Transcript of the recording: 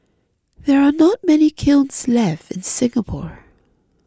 there are not many kilns left in Singapore